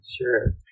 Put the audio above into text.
Sure